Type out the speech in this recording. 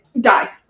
die